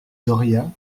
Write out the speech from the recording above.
doria